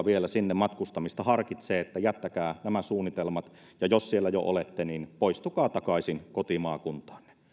vielä sinne matkustamista harkitsee että jättäkää nämä suunnitelmat ja jos siellä jo olette niin poistukaa takaisin kotimaakuntaanne